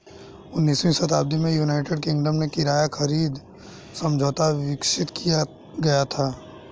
उन्नीसवीं शताब्दी में यूनाइटेड किंगडम में किराया खरीद समझौता विकसित किया गया था